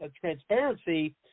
transparency